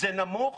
זה נמוך